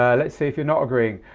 ah let's see if you're not agreeing.